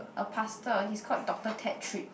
a pastor he is called doctor Tetrick